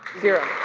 zero.